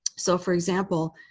so for example,